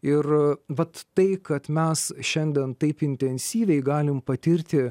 ir vat tai kad mes šiandien taip intensyviai galim patirti